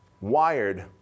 wired